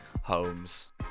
Holmes